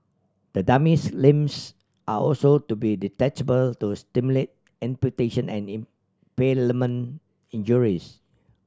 the dummy's limbs are also to be detachable to simulate imputation and impalement injuries